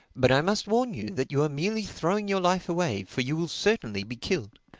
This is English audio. but i must warn you that you are merely throwing your life away, for you will certainly be killed.